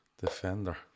defender